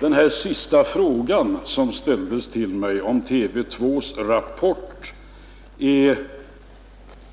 Den senaste frågan som ställdes till mig, om TV 2:s Rapport, innebar